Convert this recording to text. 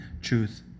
truth